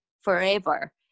forever